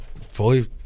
fully